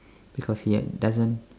because he doesn't